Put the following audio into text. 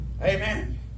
Amen